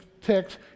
text